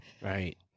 Right